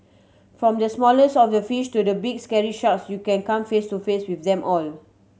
from the smallest of the fish to the big scary sharks you can come face to face with them all